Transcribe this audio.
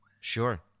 Sure